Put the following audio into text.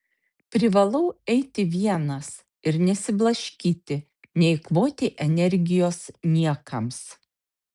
privalau eiti vienas ir nesiblaškyti neeikvoti energijos niekams